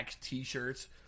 T-shirts